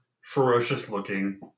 ferocious-looking